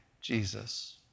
Jesus